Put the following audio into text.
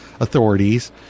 authorities